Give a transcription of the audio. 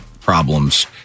problems